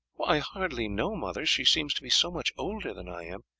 i hardly know, mother she seemed to be so much older than i am.